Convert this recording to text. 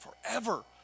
forever